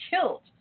killed